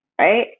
right